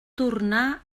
tornar